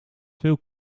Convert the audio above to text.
veel